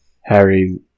Harry